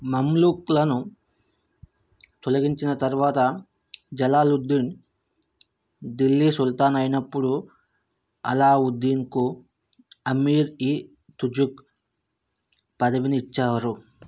మమ్లూక్లను తొలగించిన తర్వాత జలాలుద్దీన్ ఢిల్లీ సుల్తాన్ అయినప్పుడు అలావుద్దీన్కు అమీర్ఇ తుజుక్ పదవిని ఇచ్చారు